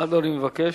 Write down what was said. מה אדוני מבקש?